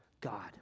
God